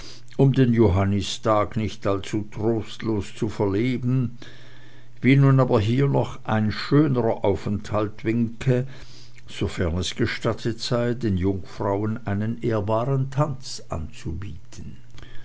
um den johannistag nicht allzu trostlos zu verleben wie nun aber hier noch ein schönerer aufenthalt winke sofern es gestattet sei den jungfrauen einen ehrbaren tanz anzubieten